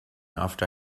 after